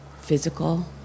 physical